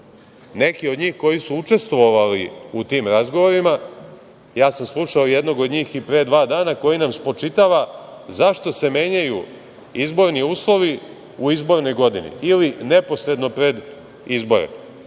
neki od njih koji su učestvovali u tim razgovorima, ja sam slušao i jednog od njih pre dva dana koji nam spočitava zašto se menjaju izborni uslovi u izbornoj godini ili neposredno pred izbore,